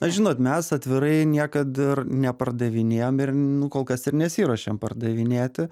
žinot mes atvirai niekad ir nepardavinėjom ir nu kol kas ir nesiruošiam pardavinėti